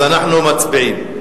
אז אנחנו מצביעים.